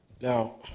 now